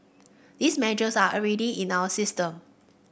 these measures are already in our system